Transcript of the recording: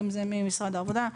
אם ממשרד העבודה.